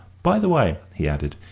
by the way, he added,